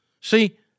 See